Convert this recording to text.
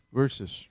verses